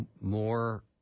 more